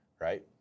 right